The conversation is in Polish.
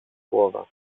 słowa